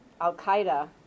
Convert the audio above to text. Al-Qaeda